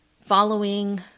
following